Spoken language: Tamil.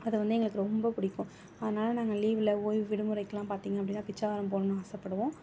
அது வந்து எங்களுக்கு ரொம்ப பிடிக்கும் அதனால் நாங்கள் லீவில் ஓய்வு விடுமுறைக்கெலாம் பார்த்தீங்க அப்படின்னா பிச்சாவரம் போகணும்னு ஆசைப்படுவோம்